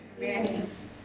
Yes